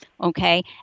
okay